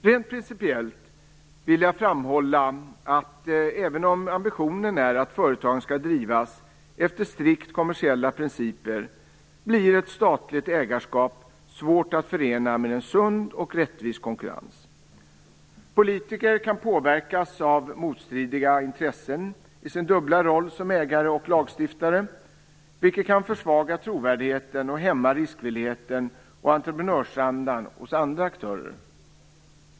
Rent principiellt vill jag framhålla att även om ambitionen är att företagen skall drivas efter strikt kommersiella principer blir ett statligt ägarskap svårt att förena med en sund och rättvis konkurrens. Politiker kan påverkas av motstridiga intressen i sin dubbla roll som ägare och lagstiftare, vilket kan försvaga trovärdigheten och hämma riskvilligheten och entreprenörsandan hos andra aktörer.